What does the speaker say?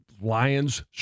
Lions